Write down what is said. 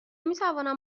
میتوانم